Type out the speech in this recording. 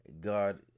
God